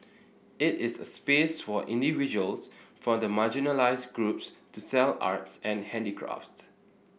it is a space for individuals from the marginalised groups to sell arts and handicrafts